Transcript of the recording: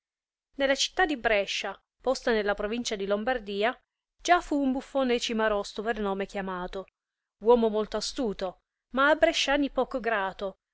nella città di brescia posta nella provincia di lombardia fu già un buifone cimarosto per nome chiamato uomo molto astuto ma a bresciani poco grato